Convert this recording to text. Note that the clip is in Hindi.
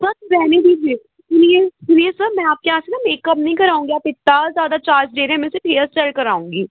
बस रहने दीजिए सुनिए सुनिए सर मैं आपके यहाँ से ना मेकअप नहीं कराऊँगी आप इतना ज़्यादा चार्ज ले रहें मैं सिर्फ़ हेयर स्टाइल कराऊँगी